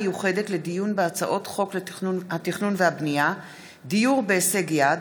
המיוחדת לדיון בהצעות חוק התכנון והבנייה (דיור בהישג יד),